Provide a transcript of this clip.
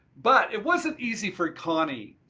but it wasn't easy for connie,